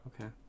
Okay